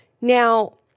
Now